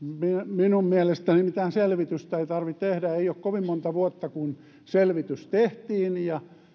minun mielestäni mitään selvitystä ei tarvitse tehdä ei ole kovin monta vuotta siitä kun selvitys tehtiin ja